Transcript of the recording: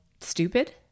stupid